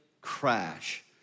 crash